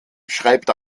schreibt